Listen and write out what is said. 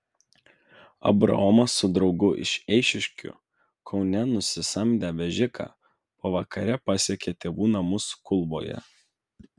abraomas su draugu iš eišiškių kaune nusisamdę vežiką pavakare pasiekė tėvų namus kulvoje